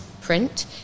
print